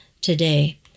today